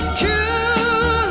true